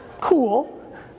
cool